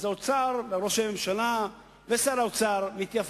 האוצר וראש הממשלה ושר האוצר מתייפייפים,